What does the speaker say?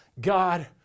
God